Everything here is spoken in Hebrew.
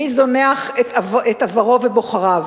ומי זונח את עברו ובוחריו.